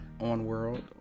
on-world